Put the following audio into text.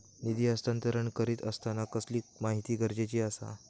निधी हस्तांतरण करीत आसताना कसली माहिती गरजेची आसा?